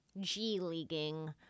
G-leaguing